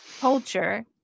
culture